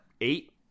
eight